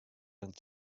and